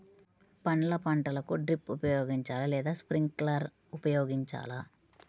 పండ్ల పంటలకు డ్రిప్ ఉపయోగించాలా లేదా స్ప్రింక్లర్ ఉపయోగించాలా?